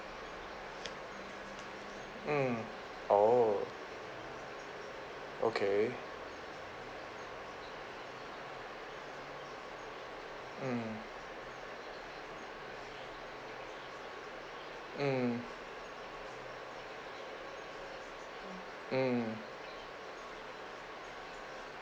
mm oh okay mm mm mm